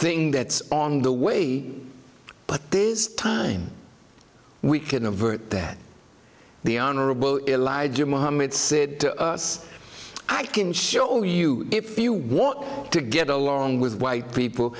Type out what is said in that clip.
thing that's on the way but this time we can avert that the honorable elijah muhammad said to us i can show you if you want to get along with white people